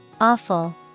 Awful